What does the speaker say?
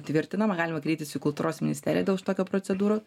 tvirtinama galima kreiptis į kultūros ministeriją dėl šitokių procedūrų